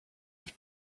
have